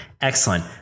excellent